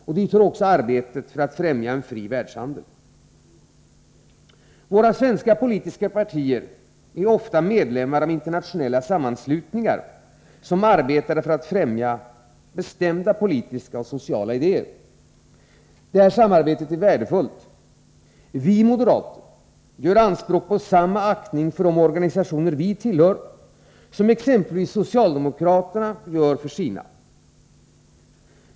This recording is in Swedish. Och dit hör också arbetet för att främja en fri världshandel. Våra svenska politiska partier är ofta medlemmar av internationella sammanslutningar som arbetar för att främja bestämda politiska och sociala idéer. Detta samarbete är värdefullt. Vi moderater gör anspråk på samma aktning för de organisationer vi tillhör som exempelvis socialdemokraterna gör för sina.